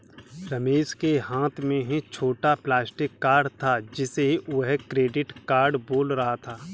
रमेश के हाथ में छोटा प्लास्टिक कार्ड था जिसे वह क्रेडिट कार्ड बोल रहा था